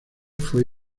fue